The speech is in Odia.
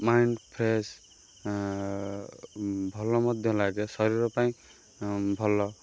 ମାଇଣ୍ଡ ଫ୍ରେସ୍ ଭଲ ମଧ୍ୟ ଲାଗେ ଶରୀର ପାଇଁ ଭଲ